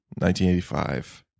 1985